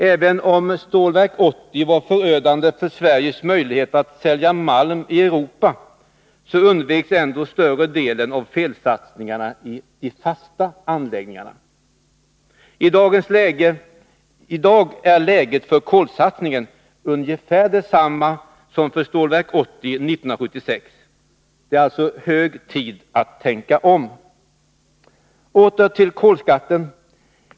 Även om Stålverk 80 var förödande för Sveriges möjligheter att sälja malm i Europa, så undveks ändå större delen av felsatsningen i fasta anläggningar. I dag är läget för kolsatsningen ungefär detsamma som för Stålverk 80 1976. Det är alltså hög tid att tänka om. Åter till kolskatten.